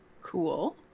Cool